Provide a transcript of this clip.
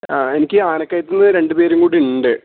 എനിക്ക് ആനക്കയത്ത് നിന്ന് രണ്ടുപേരും കൂടി ഉണ്ട്